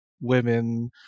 women